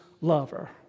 lover